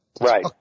Right